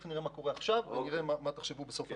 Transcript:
אבל תכף נראה מה קורה עכשיו ומה תחשבו בסוף הדיון.